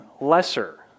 lesser